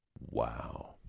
Wow